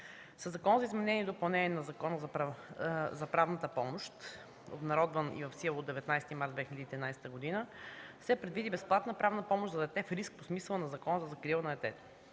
Със Закона за изменение и допълнение на Закона за правната помощ, обнародван и в сила от 19 март 2013 г., се предвиди безплатна правна помощ за дете в риск по смисъла на Закона за закрила на детето.